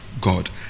God